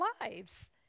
lives